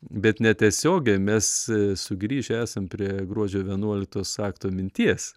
bet netiesiogiai mes sugrįžę esam prie gruodžio vienuoliktos akto minties